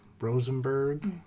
Rosenberg